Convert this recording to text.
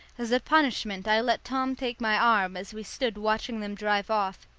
as a punishment i let tom take my arm as we stood watching them drive off,